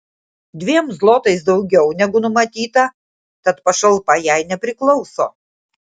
dviem zlotais daugiau negu numatyta tad pašalpa jai nepriklauso